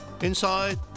Inside